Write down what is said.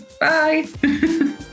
Bye